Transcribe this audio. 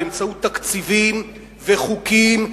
באמצעות תקציבים וחוקים,